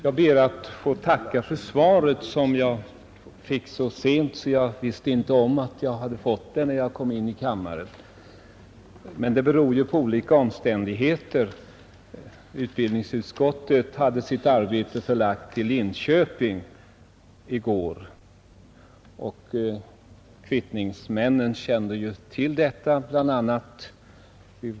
Herr talman! Jag ber att få tacka för svaret. Utbildningsutskottet hade i går sitt arbete förlagt till Linköping, och vi var utkvittade till klockan halv tolv.